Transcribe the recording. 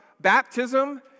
baptism